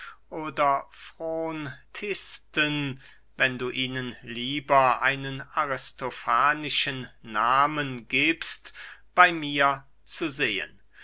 oder frontisten wenn du ihnen lieber einen aristofanischen nahmen giebst bey mir zu sehen